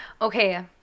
okay